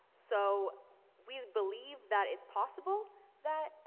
so we believe that it's possible that,